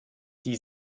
die